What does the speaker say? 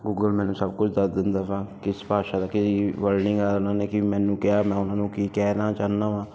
Google ਮੈਨੂੰ ਸਭ ਕੁਝ ਦੱਸ ਦਿੰਦਾ ਹਾਂ ਕਿਸ ਭਾਸ਼ਾ ਦੀ ਕੀ ਵਲਡਿੰਗ ਆ ਉਹਨਾਂ ਨੇ ਕੀ ਮੈਨੂੰ ਕਿਹਾ ਮੈਂ ਉਹਨਾਂ ਨੂੰ ਕੀ ਕਹਿਣਾ ਚਾਹੁੰਦਾ ਹਾਂ